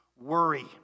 worry